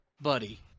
Buddy